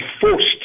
forced